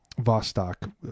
Vostok